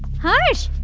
harsh!